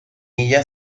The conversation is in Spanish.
ella